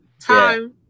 time